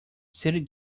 city